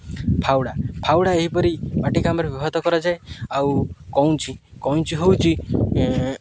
ଫାଉଡ଼ା ଫାଉଡ଼ା ଏହିପରି ମାଟି କାମରେ ବ୍ୟବହୃତ କରାଯାଏ ଆଉ କଉଁଚି କଇଁଚି ହେଉଛି